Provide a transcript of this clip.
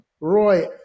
Roy